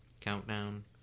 Countdown